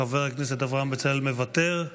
חבר הכנסת אברהם בצלאל, מוותר.